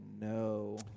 no